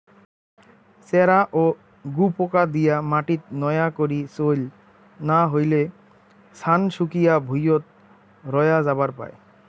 চ্যারা ও গুপোকা দিয়া মাটিত নয়া করি চইল না হইলে, ছান শুকিয়া ভুঁইয়ত রয়া যাবার পায়